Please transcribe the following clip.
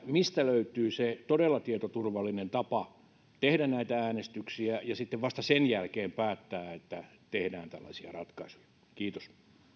mistä löytyy se todella tietoturvallinen tapa tehdä näitä äänestyksiä ja sitten vasta sen jälkeen päättää että tehdään tällaisia ratkaisuja kiitos